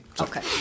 Okay